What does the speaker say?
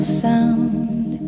sound